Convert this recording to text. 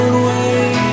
away